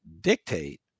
dictate